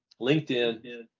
LinkedIn